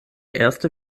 erste